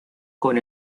con